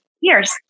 years